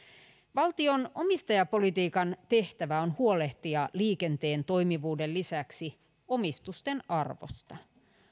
valtion omistajapolitiikan tehtävä on huolehtia liikenteen toimivuuden lisäksi omistusten arvosta